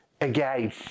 again